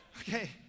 Okay